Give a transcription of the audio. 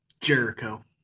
Jericho